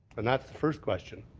and that's the first question,